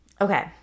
Okay